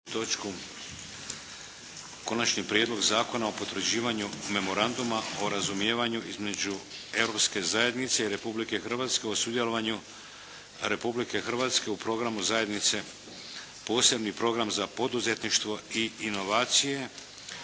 (HDZ)** Konačni prijedlog zakona o potvrđivanju Memoranduma o razumijevanju između Europske zajednice i Republike Hrvatske o sudjelovanju Republike Hrvatske u programu zajednice, posebni program za poduzetništvo i inovacije.